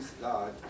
God